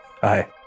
Hi